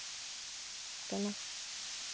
ᱠᱟᱱᱟ